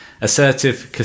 Assertive